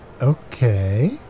okay